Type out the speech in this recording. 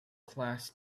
class